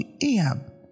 Ahab